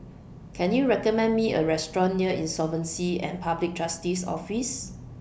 Can YOU recommend Me A Restaurant near Insolvency and Public Trustee's Office